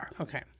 Okay